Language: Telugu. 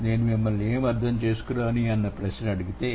నేను మిమ్మల్ని ఏమి అర్థం చేసుకున్నారు అన్న ప్రశ్న అడిగితే